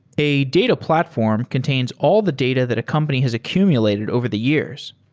a data platform contains all the data that a company has accumulated over the years.